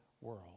world